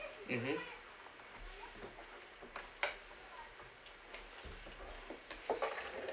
mmhmm